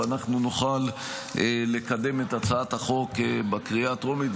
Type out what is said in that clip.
ואנחנו נוכל לקדם את הצעת החוק בקריאה הטרומית.